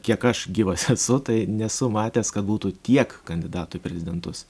kiek aš gyvas esu tai nesu matęs kad būtų tiek kandidatų į prezidentus